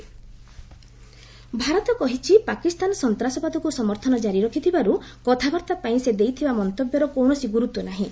India Pakistan Bharat କହିଛି ପାକିସ୍ତାନ ସନ୍ତାସବାଦକୁ ସମର୍ଥନ ଜାରି ରଖିଥିବାରୁ କଥାବାର୍ତ୍ତା ପାଇଁ ସେ ଦେଇଥିବା ମନ୍ତବ୍ୟର କୌଣସି ଗୁରୁତ୍ୱ ନାହିଁ